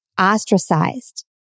ostracized